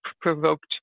provoked